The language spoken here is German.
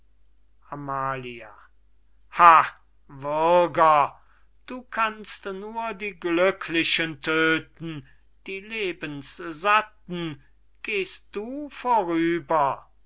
amalia ha würger du kannst nur die glücklichen tödten die lebenssatten gehst du vorüber